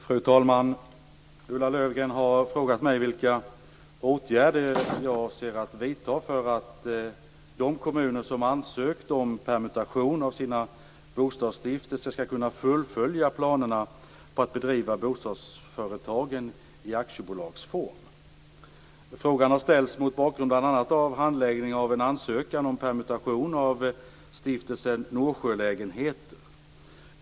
Fru talman! Ulla Löfgren har frågat mig vilka åtgärder jag avser att vidta för att de kommuner som ansökt om permutation av sina bostadsstiftelser skall kunna fullfölja planerna på att bedriva bostadsföretagen i aktiebolagsform. Frågan har ställts mot bakgrund bl.a. av handläggningen av en ansökan om permutation av Stiftelsen Norsjölägenheter.